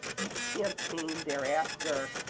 each campaign thereafter,